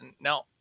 Now